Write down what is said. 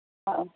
হয়